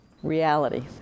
reality